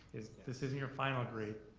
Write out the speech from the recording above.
this isn't your final grade.